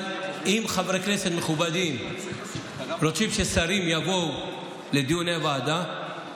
אבל אם חברי כנסת מכובדים רוצים ששרים יבואו לדיוני ועדה,